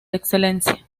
excelencia